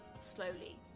slowly